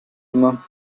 immer